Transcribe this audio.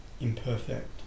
imperfect